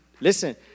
listen